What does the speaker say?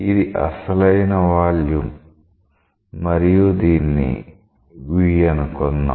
ఇది అసలైన వాల్యూమ్ మరియు దీన్ని అనుకుందాం